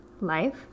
life